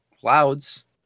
clouds